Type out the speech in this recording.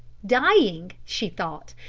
dying she thought,